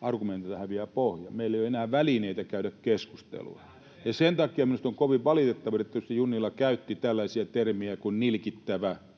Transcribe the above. argumentilta häviää pohja, meillä ei ole enää välineitä käydä keskustelua. [Miko Bergbom: Sitähän te teette!] Sen takia minusta on kovin valitettavaa, että edustaja Junnila käytti tällaisia termejä kuin ”nillittävä”,